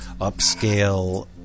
upscale